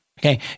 Okay